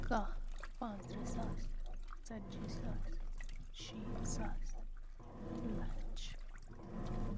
کَہہ پانٛژھ تٕرٛہ ساس ژَتجی ساس شیٖتھ ساس لَچھ